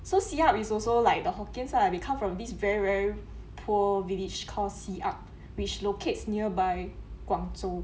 so siap is also like the hokkien's ah they come from this very very poor village call siap which locates nearby 广州